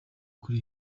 kuri